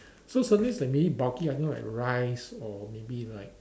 so some things like maybe bulky item like rice or maybe like